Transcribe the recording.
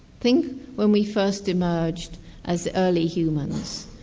think when we first emerged as early humans.